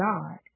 God